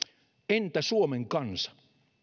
entä suomen kansa